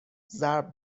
ضرب